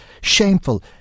shameful